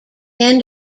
end